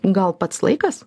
gal pats laikas